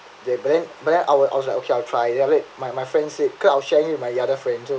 but then but then our I was like okay I'll try then I like my my friend said cause I was sharing with my other friends so